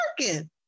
working